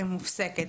מופסקת,